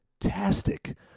fantastic